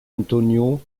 antonio